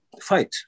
fight